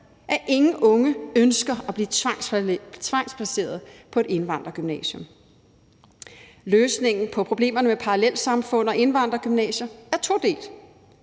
at ingen unge ønsker at blive tvangsplaceret på et indvandrergymnasium. Løsningen på problemerne med parallelsamfund og indvandrergymnasier er todelt.